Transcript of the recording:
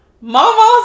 Mama's